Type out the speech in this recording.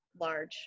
large